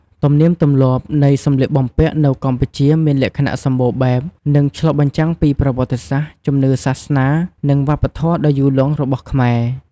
ទំនៀមទម្លាប់នៃសម្លៀកបំពាក់នៅកម្ពុជាមានលក្ខណៈសម្បូរបែប និងឆ្លុះបញ្ចាំងពីប្រវត្តិសាស្ត្រ ជំនឿសាសនា និងវប្បធម៌ដ៏យូរលង់របស់ខ្មែរ។